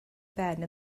ben